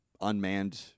unmanned